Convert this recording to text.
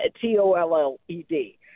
T-O-L-L-E-D